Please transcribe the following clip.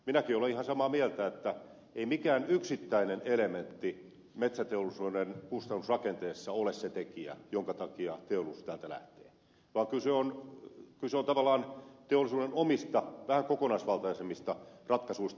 minäkin olen ihan samaa mieltä että ei mikään yksittäinen elementti metsäteollisuuden kustannusrakenteessa ole se tekijä jonka takia teollisuus täältä lähtee vaan kyse on tavallaan teollisuuden omista vähän kokonaisvaltaisemmista ratkaisuista